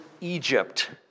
Egypt